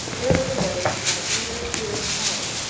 there was a letter to my dear, dearest molly,